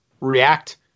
react